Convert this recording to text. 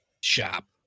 shop